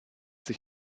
sich